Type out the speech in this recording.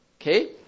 Okay